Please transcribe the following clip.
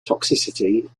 toxicity